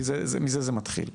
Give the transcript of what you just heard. כי מזה זה מתחיל.